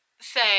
say